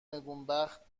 نگونبخت